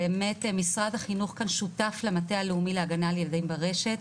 באמת משרד החינוך כאן שותף למטה הלאומי להגנה על ילדים ברשת.